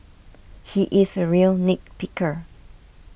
he is a real nit picker